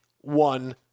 one